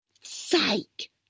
sake